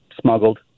smuggled